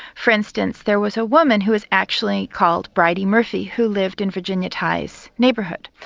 for instance there was a woman who was actually called bridey murphy who lived in virginia tighe's neighbourhood,